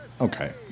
Okay